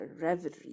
reverie